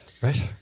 right